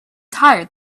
tired